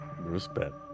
respect